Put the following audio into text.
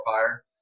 fire